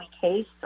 case